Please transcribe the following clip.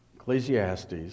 Ecclesiastes